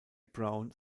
brown